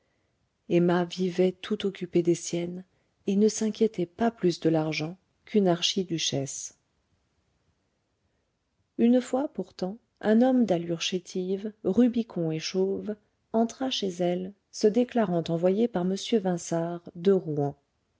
emma vivait tout occupée des siennes et ne s'inquiétait pas plus de l'argent qu'une archiduchesse une fois pourtant un homme d'allure chétive rubicond et chauve entra chez elle se déclarant envoyé par m vinçart de rouen